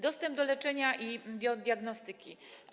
Dostęp do leczenia i diagnostyki.